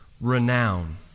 renown